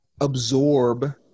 absorb